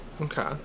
Okay